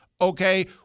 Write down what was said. okay